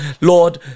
Lord